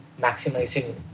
maximizing